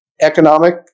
economic